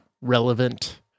relevant